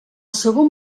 segon